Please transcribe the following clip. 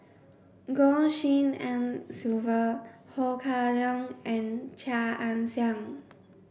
Goh Tshin En Sylvia Ho Kah Leong and Chia Ann Siang